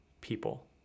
people